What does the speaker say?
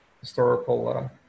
historical